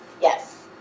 Yes